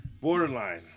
Borderline